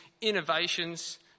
innovations